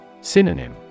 Synonym